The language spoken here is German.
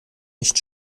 nicht